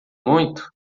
muito